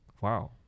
wow